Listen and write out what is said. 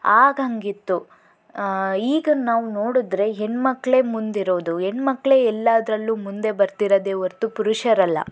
ಆಗ ಹಾಗಿತ್ತು ಈಗ ನಾವು ನೋಡಿದ್ರೆ ಹೆಣ್ಣು ಮಕ್ಕಳೆ ಮುಂದಿರೋದು ಹೆಣ್ಮಕ್ಕಳೇ ಎಲ್ಲಾದ್ರಲ್ಲೂ ಮುಂದೆ ಬರ್ತಿರೋದೇ ಹೊರತು ಪುರುಷರಲ್ಲ